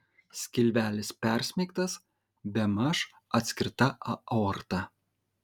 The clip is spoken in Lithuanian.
skilvelis persmeigtas bemaž atskirta aorta